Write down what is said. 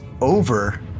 over